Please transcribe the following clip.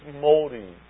molding